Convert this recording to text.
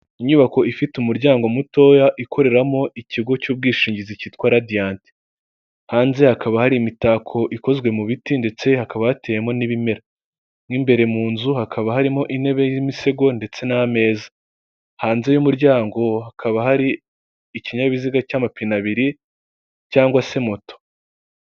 Inyubako ifite umuryango mutoya ikoreramo ikigo cy'ubwishingizi cyitwa radiyanti, hanze hakaba hari imitako ikozwe mu biti ndetse hakaba hatewemo n'ibimera, mo imbere mu nzu hakaba harimo intebe y'imisego ndetse n'ameza, hanze y'umuryango hakaba hari ikinyabiziga cy'amapine abiri cg se moto.